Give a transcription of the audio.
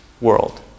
world